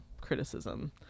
criticism